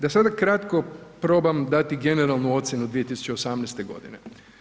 Da sada kratko probam dati generalnu ocjenu 2018. godine.